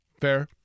fair